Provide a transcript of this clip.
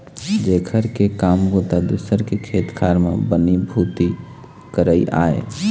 जेखर के काम बूता दूसर के खेत खार म बनी भूथी करई आय